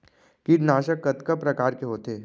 कीटनाशक कतका प्रकार के होथे?